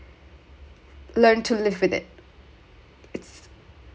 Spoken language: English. learn to live with it it's